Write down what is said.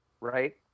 right